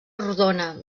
rodona